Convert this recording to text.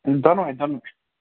دۅنوے دۅنوے